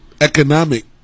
economic